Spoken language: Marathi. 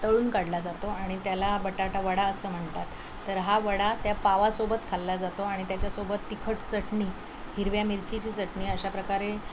तळून काढला जातो आणि त्याला बटाटा वडा असं म्हणतात तर हा वडा त्या पावासोबत खाल्ला जातो आणि त्याच्यासोबत तिखट चटणी हिरव्या मिरचीची चटणी अशा प्रकारे